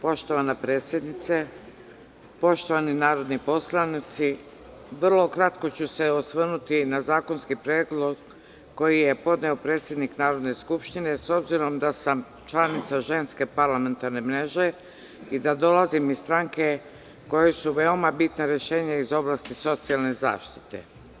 Poštovana potpredsednice, poštovani narodni poslanici, vrlo kratko ću se osvrnuti na zakonski predlog koji je podneo predsednik Narodne skupštine, s obzirom da sam članica Ženske parlamentarne mreže i da dolazim iz stranke kojoj su veoma bitna rešenja iz oblasti socijalne zaštite.